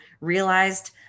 realized